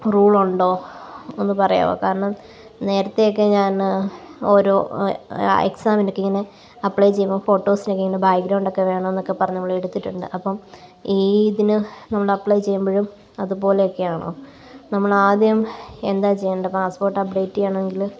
rule ഉണ്ടോ ഒന്ന് പറയാവോ കാരണം നേരത്തെ ഒക്കെ ഞാന് ഓരോ എക്സാമിനൊക്കെ ഇങ്ങനെ അപ്ലൈ ചെയ്യുമ്പോൾ ഫോട്ടോസിനൊക്കെ ഇങ്ങനെ ബാക്ഗ്രൌണ്ടൊക്കെ വേണമെന്നൊക്കെ പറഞ്ഞ് നമ്മള് എടുത്തിട്ടുണ്ട് അപ്പം ഈ ഇതിന് നമ്മള് അപ്ലൈ ചെയ്യുമ്പഴും അതുപോലെയൊക്കെയാണോ നമ്മള് ആദ്യം എന്താ ചെയ്യേണ്ടത് പാസ്പോര്ട്ട് അപ്ഡേറ്റ് ചെയ്യണമെങ്കില്